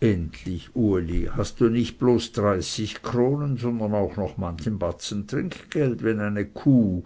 endlich uli hast du nicht bloß dreißig kronen sondern auch noch manchen batzen trinkgeld wenn eine kuh